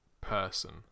person